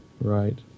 right